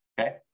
okay